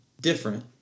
different